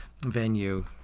venue